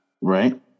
Right